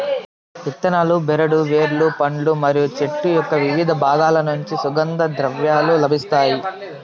ఇత్తనాలు, బెరడు, వేర్లు, పండ్లు మరియు చెట్టు యొక్కవివిధ బాగాల నుంచి సుగంధ ద్రవ్యాలు లభిస్తాయి